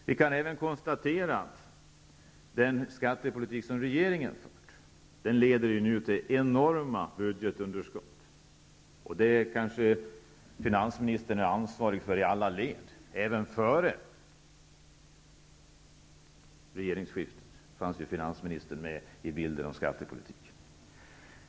Vi kan även konstatera att den skattepolitik som regeringen fört nu leder till enorma budgetunderskott. Det kanske finansministern i alla led är ansvarig för. Även före regeringsskiftet fanns finansministern med i bilden när det gällde skattepolitiken.